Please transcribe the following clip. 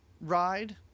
ride